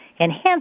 enhance